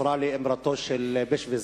זכורה לי אמרתו של בשביס-זינגר,